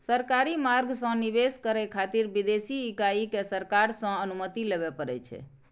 सरकारी मार्ग सं निवेश करै खातिर विदेशी इकाई कें सरकार सं अनुमति लेबय पड़ै छै